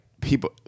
people